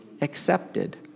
accepted